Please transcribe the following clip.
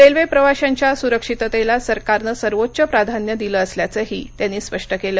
railway प्रवाशांच्या सुरक्षिततेला सरकारनं सर्वोच्च प्राधान्य दिलं असल्याचंही त्यांनी स्पष्ट केलं